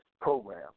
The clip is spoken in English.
Program